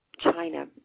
china